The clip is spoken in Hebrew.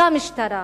אותה משטרה,